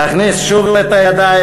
להכניס שוב את הידיים,